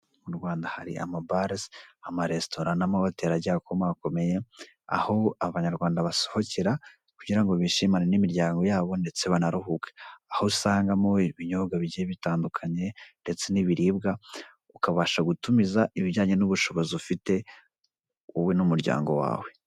Mu Rwanda hari amabarazi, amaresitora n'amahoteli agiye akomakomeye, aho abanyarwanda basohokera kugira ngo bishimane n'imiryango yabo ndetse banaruhuke, aho usangamo ibinyombwa bigiye bitandukanye ndetse n'ibiribwa ukabasha gutumiza ibijyanye n'ubushobozi ufite wowe n'umuryango wawe.